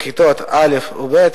בכיתות א' וב',